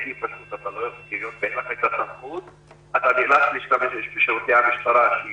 אתה נאלץ להשתמש בשירותי המשטרה שהיא